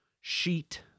sheet